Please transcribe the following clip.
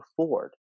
afford